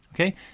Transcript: Okay